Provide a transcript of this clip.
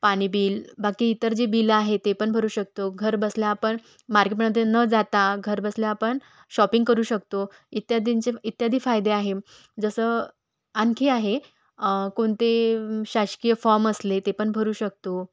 पाणी बिल बाकी इतर जे बिलं आहे ते पण भरू शकतो घर बसल्या आपण मार्केटमध्ये न जाता घर बसल्या आपण शॉपिंग करू शकतो इत्यादींचे इत्यादी फायदे आहे जसं आणखी आहे कोणते शासकीय फॉर्म असले ते पण भरू शकतो